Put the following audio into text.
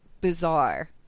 bizarre